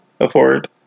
afford